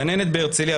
גננת בהרצליה,